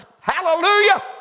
hallelujah